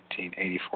1984